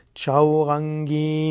Chaurangi